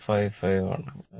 155 ആണ്